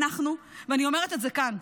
אני אומרת את זה כאן: